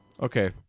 Okay